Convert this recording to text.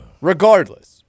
Regardless